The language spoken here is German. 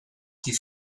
die